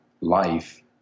life